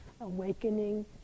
Awakening